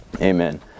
Amen